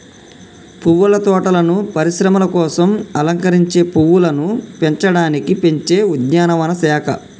పువ్వుల తోటలను పరిశ్రమల కోసం అలంకరించే పువ్వులను పెంచడానికి పెంచే ఉద్యానవన శాఖ